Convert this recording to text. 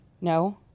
No